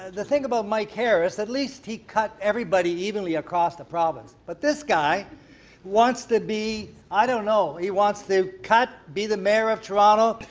the thing about mike harris, at least he cut everybody evenly across the province. but this guy wants to be, i don't know, he wants to cut, be the mayor of toronto.